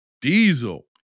Diesel